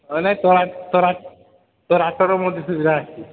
ମଧ୍ୟ ସୁବିଧା ଅଛି